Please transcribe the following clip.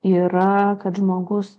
yra kad žmogus